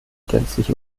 gänzlich